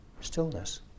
stillness